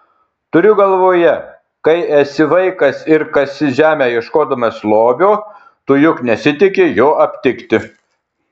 turiu galvoje kai esi vaikas ir kasi žemę ieškodamas lobio tu juk nesitiki jo aptikti